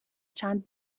چند